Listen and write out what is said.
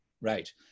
Right